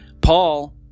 Paul